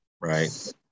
right